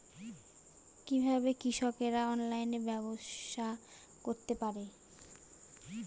কিভাবে কৃষকরা অনলাইনে ব্যবসা করতে পারে?